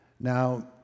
Now